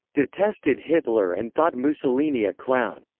detested hitler and thought mussolini a clown,